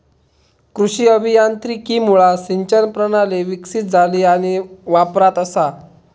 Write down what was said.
कृषी अभियांत्रिकीमुळा सिंचन प्रणाली विकसीत झाली आणि वापरात असा